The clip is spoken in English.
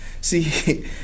See